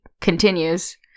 continues